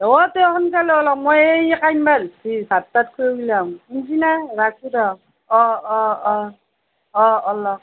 অ তেহঁতে লৈ লওক মই এ ই কান্দিব হৈছি ভাত চাত খোৱাই ওলাম সিদিনা ৰাখোঁ দে অ অ অ অ ওলক